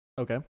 Okay